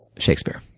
shakespeare.